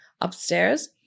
upstairs